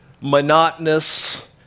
monotonous